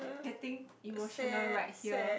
getting emotional right here